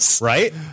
right